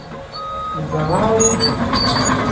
दवाई